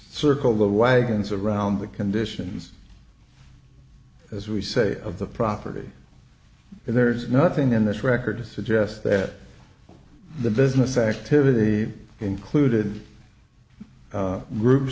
wagons around the conditions as we say of the property and there's nothing in this record suggests that the business activity included groups